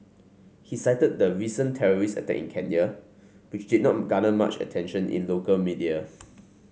he cited the recent terrorist attack in Kenya which did not garner much attention in local media